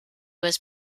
was